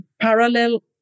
parallel